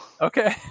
Okay